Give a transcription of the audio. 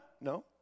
No